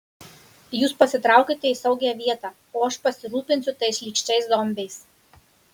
jūs pasitraukite į saugią vietą o aš pasirūpinsiu tais šlykščiais zombiais